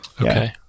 Okay